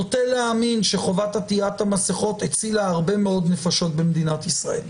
נוטה להאמין שחובת עטיית המסכות הצילה הרבה מאוד נפשות במדינת ישראל,